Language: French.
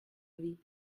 vie